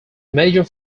major